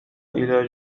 إلى